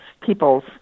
peoples